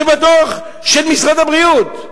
זה בדוח של משרד הבריאות.